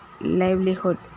Livelihood